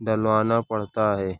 ڈلوانا پڑتا ہے